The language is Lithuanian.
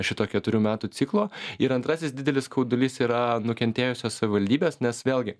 šito keturių metų ciklo ir antrasis didelis skaudulys yra nukentėjusios savivaldybės nes vėlgi